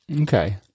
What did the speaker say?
Okay